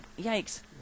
Yikes